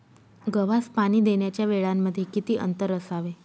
गव्हास पाणी देण्याच्या वेळांमध्ये किती अंतर असावे?